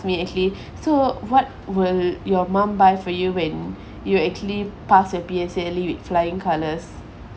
immediately so what will your mom buy for you when you actually pass your P_S_L_E with flying colours